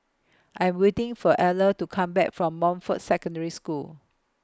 I Am waiting For Eller to Come Back from Montfort Secondary School